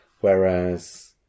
Whereas